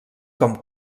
com